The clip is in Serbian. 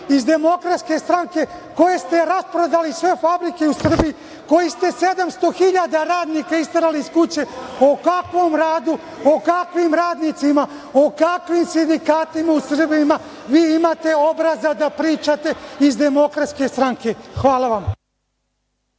govorite vi iz DS, koji ste rasprodali sve fabrike u Srbiji, koji ste 700.000 radnika isterali iz kuće? O kakvom radu, o kakvim radnicima, o kakvim sindikatima u Srbiji vi imate obraza da pričate iz DS? Hvala vam.